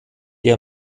der